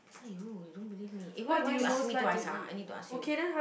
!aiyo! you don't believe me eh why why you asking me twice ah I need to ask you